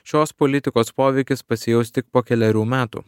šios politikos poveikis pasijaus tik po kelerių metų